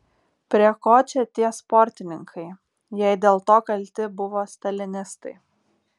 prie ko čia tie sportininkai jei dėl to kalti buvo stalinistai